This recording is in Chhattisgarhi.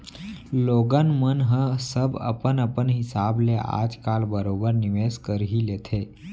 लोगन मन ह सब अपन अपन हिसाब ले आज काल बरोबर निवेस कर ही लेथे